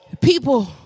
people